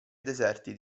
deserti